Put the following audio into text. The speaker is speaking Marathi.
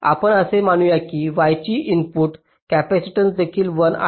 आपण असे मानू या की y ची इनपुट कॅपेसिटन्स देखील 1 आहे